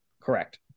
Correct